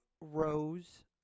rows